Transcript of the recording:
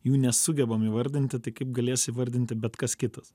jų nesugebam įvardinti tai kaip galės įvardinti bet kas kitas